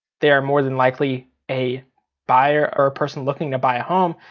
they are more than likely a buyer or a person looking to buy a home.